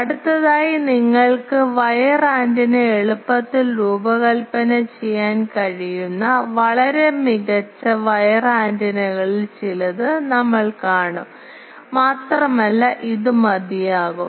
അടുത്തതായി നിങ്ങൾക്ക് wire antenna എളുപ്പത്തിൽ രൂപകൽപ്പന ചെയ്യാൻ കഴിയുന്ന വളരെ മികച്ച വയർ ആന്റിനകളിൽ ചിലത് ഞങ്ങൾ കാണും മാത്രമല്ല ഇത് മതിയാകും